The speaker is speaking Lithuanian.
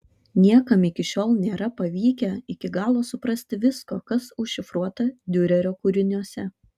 niekam iki šiol nėra pavykę iki galo suprasti visko kas užšifruota diurerio kūriniuose